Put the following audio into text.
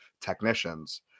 technicians